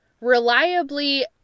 reliably